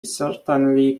certainly